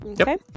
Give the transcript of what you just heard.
Okay